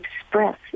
express